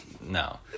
no